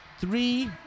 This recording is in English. three